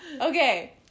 Okay